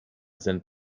sind